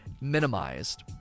minimized